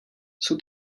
jsou